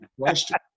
Question